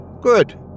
Good